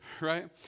Right